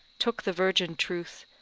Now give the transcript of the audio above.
took the virgin truth,